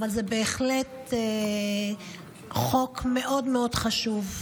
אבל זה בהחלט חוק מאוד מאוד חשוב.